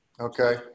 Okay